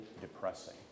depressing